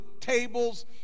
tables